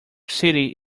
city